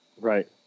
right